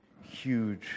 huge